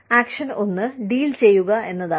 action ഒന്ന് deal ചെയ്യുക എന്നതാണ്